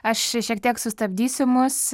aš šiek tiek sustabdysiu mus